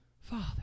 father